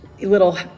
little